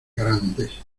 grandes